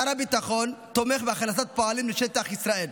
שר הביטחון תומך בהכנסת פועלים לשטח ישראל.